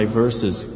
verses